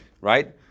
Right